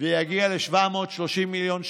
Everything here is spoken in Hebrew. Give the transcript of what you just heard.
וזה יגיע ל-730 מיליון שקלים,